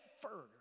further